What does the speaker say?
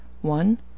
one